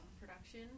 production